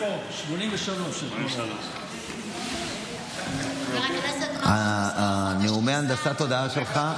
83. נאומי הנדסת התודעה שלך,